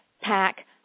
pack